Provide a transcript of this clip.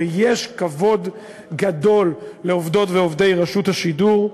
ויש כבוד גדול לעובדות ועובדי רשות השידור,